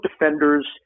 defenders